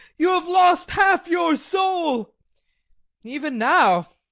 you have lost half your soul even now,